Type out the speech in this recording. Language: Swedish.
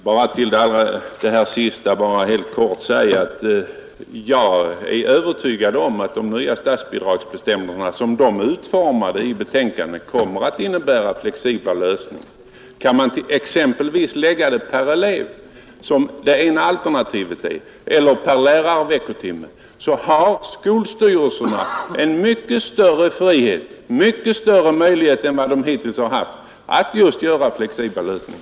Herr talman! Jag skall till det allra senaste bara helt kort säga att jag är övertygad om att de nya statsbidragsbestämmelserna, som de är utformade i betänkandet, kommer att innebära flexibla lösningar. Kan man exempelvis låta bidraget utgå per elev, vilket är det ena alternativet, eller per lärarveckotimme, har skolstyrelserna mycket större möjligheter än de hittills har haft att just åstadkomma flexibla lösningar.